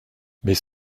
mais